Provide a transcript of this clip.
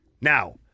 Now